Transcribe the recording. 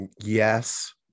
Yes